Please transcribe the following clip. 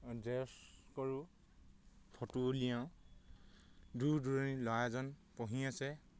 Xerox কৰোঁ photo উলিয়াওঁ দূৰ দূৰণিত ল'ৰা এজন পঢ়ি আছে